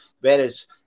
whereas